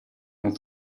non